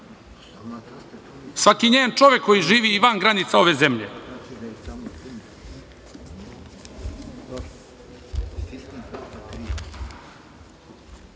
svaki njen čovek koji živi i van granica ove zemlje. Prema